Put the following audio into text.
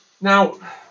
Now